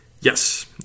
Yes